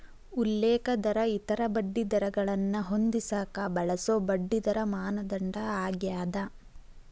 ಉಲ್ಲೇಖ ದರ ಇತರ ಬಡ್ಡಿದರಗಳನ್ನ ಹೊಂದಿಸಕ ಬಳಸೊ ಬಡ್ಡಿದರ ಮಾನದಂಡ ಆಗ್ಯಾದ